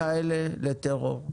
זלגו כלים כאלה לטרור.